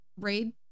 raid